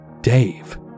Dave